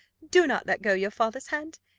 do not let go your father's hand.